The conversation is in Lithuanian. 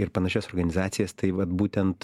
ir panašias organizacijas tai vat būtent